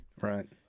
Right